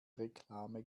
reklame